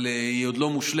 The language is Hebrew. אבל היא עוד לא מושלמת,